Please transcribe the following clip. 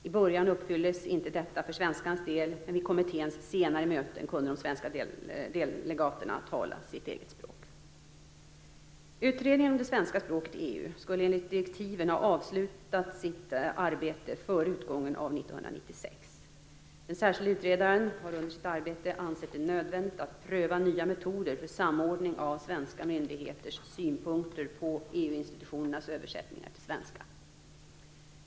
I början uppfylldes inte detta för svenskans del, men vid kommitténs senare möten kunde de svenska delegaterna tala sitt eget språk. Utredningen om det svenska språket i EU skulle enligt direktiven ha avslutat sitt arbete före utgången av 1996. Den särskilda utredaren har under sitt arbete ansett det nödvändigt att pröva nya metoder för samordning av svenska myndigheters synpunkter på EU institutionernas översättningar till svenska.